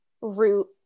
root